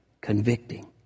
convicting